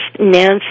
Nancy